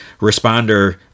responder